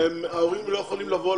ההורים לא יכולים לבוא.